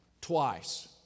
twice